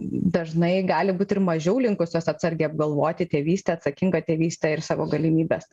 dažnai gali būt ir mažiau linkusios atsargiai apgalvoti tėvystę atsakingą tėvystę ir savo galimybes